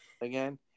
again